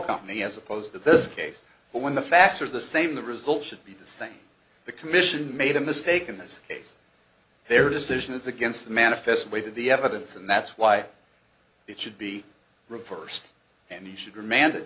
company as opposed to this case but when the facts are the same the result should be the same the commission made a mistake in this case their decision it's against the manifest weight of the evidence and that's why it should be reversed and he should remanded